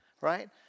right